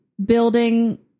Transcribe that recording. Building